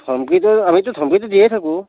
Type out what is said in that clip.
ধমকিতো আমিতো ধমকিতো দিয়েই থাকোঁ